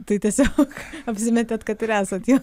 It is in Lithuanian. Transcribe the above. tai tiesiog apsimetėt kad ir esat juo